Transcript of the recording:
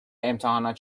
امتحانات